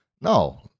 no